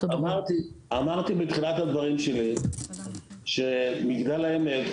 אמרתי בתחילת הדברים שלי שמגדל העמק